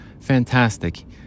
Fantastic